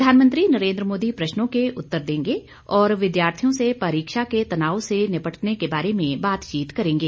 प्रधानमंत्री नरेन्द्र मोदी प्रश्नों के उत्तर देंगे और विद्यार्थियों से परीक्षा के तनाव से निपटने के बारे में बातचीत करेंगे